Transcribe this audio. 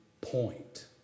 point